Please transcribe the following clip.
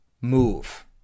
move